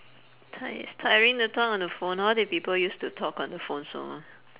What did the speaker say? tired it's tiring to talk on the phone how did people used to talk on the phone so long